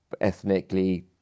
ethnically